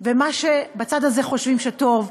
מה שבצד הזה חושבים שהוא טוב,